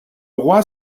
roi